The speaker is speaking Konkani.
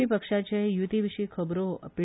पी पक्षाचे युती विशी खबरो पी